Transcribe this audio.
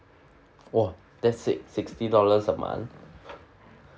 !wah! that's it sixty dollars a month